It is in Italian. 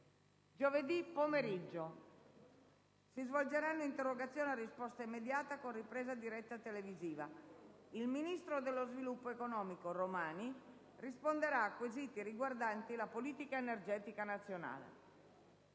Giovedì pomeriggio si svolgeranno interrogazioni a risposta immediata con ripresa diretta televisiva. Il ministro dello sviluppo economico Romani risponderà a quesiti riguardanti la politica energetica nazionale.